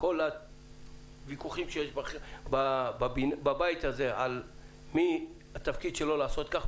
כל הוויכוחים שיש בבית הזה בשאלה מי התפקיד שלו לעשות כך,